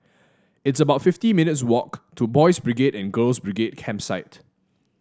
it's about fifty minutes' walk to Boys' Brigade and Girls' Brigade Campsite